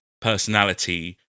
personality